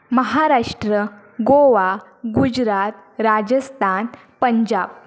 Maharashtra Goa Gujarat Rajasthan Punjab